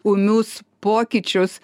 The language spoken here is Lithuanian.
ūmius pokyčius